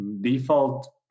default